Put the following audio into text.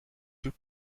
que